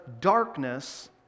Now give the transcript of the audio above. darkness